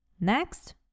Next